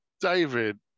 david